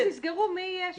תסגרו מי יהיה שם.